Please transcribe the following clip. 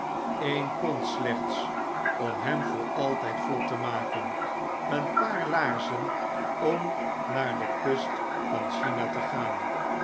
e'en pond slechts om hem voor altyd vlot te maken een paar laarzen om naar de kust van china te gaan